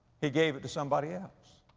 he gave it to somebody else.